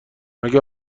مگه